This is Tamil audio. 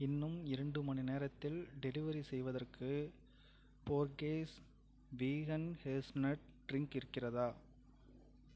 இன்னும் இரண்டு மணி நேரத்தில் டெலிவெரி செய்வதற்கு போர்கேஸ் வீகன் ஹேஸ்னட் ட்ரின்க் இருக்கிறதா